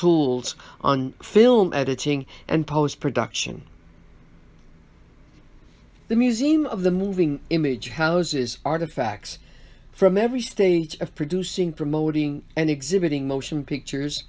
tools on film editing and post production the museum of the moving image houses artifacts from every stage of producing promoting and exhibiting motion pictures